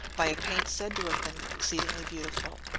by a paint said to have been exceedingly beautiful.